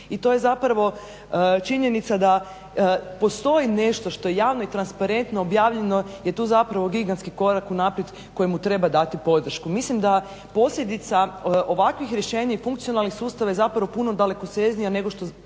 I to je zapravo činjenica da postoji nešto što je javno i transparentno objavljeno je to zapravo gigantski korak unaprijed kojemu treba dati podršku. Mislim da posljedica ovakvih rješenja i funkcionalnih sustava je zapravo puno dalekosežnija nego što